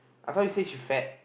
I thought you say she fat